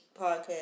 podcast